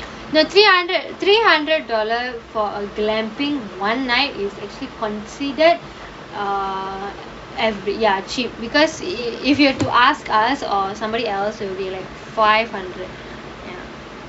the three hundred three hundred dollar for a camping one night is actually considered err ya cheap because if you have to ask us or somebody else they be like five hundred ya